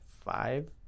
five